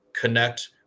connect